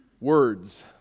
words